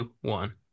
One